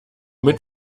mit